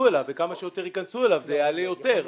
לא.